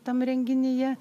tam renginyje